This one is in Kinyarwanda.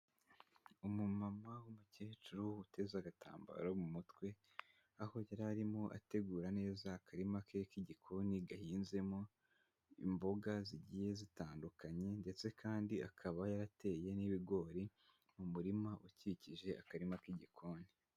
Umumama w'umukecuru uteze agatambaro mu mutwe, aho yari arimo ategura neza akarima ke k'igikoni gahinzemo imboga zigiye zitandukanye ndetse kandi akaba yarateye n'ibigori mu murima ukikije akarima k'igikoni.